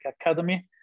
academy